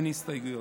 אין הסתייגויות.